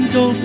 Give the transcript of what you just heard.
go